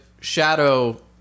shadow